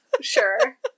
sure